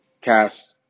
cast